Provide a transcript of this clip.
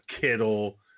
kittle